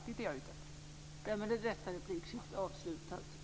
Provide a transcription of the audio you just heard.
Det är vad jag är ute efter.